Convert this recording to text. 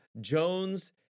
Jones